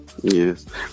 Yes